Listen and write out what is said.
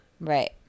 Right